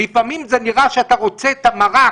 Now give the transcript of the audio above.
לפעמים זה נראה שאתה רוצה את המרק